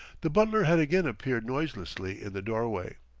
the butler had again appeared noiselessly in the doorway.